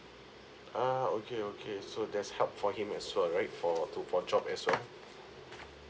ah okay okay so there's help for him as well right for to for job as well